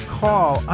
call